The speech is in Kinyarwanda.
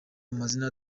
amazina